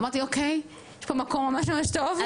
אמרתי אוקיי יש פה מקום ממש ממש טוב.